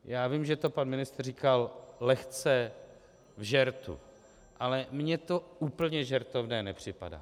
Já vím, že to pan ministr říkal lehce v žertu, ale mně to úplně žertovné nepřipadá.